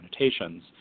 annotations